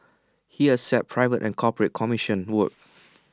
he accepts private and corporate commissioned work